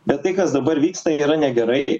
bet tai kas dabar vyksta yra negerai